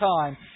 time